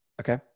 Okay